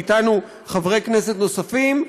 ואתנו חברי כנסת נוספים,